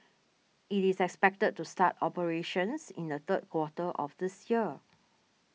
it is expected to start operations in the third quarter of this year